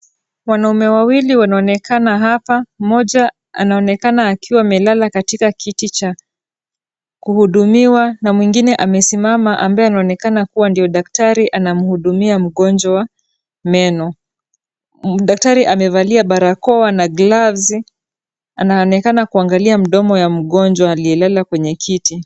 Wanaume wawili wanaonekana hapa ,mmoja anaonekana akiwa amelala katika kiti cha kuhudumiwa na mwingine amesimama ambaye anaonekana kuwa ndiyo daktari anamhudumia mgonjwa meno. Daktari amevalia barakoa na gloves , anaonekana kuangalia mdomo ya mgonjwa aliyelala kwenye kiti.